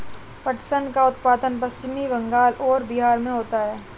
पटसन का उत्पादन पश्चिम बंगाल और बिहार में होता है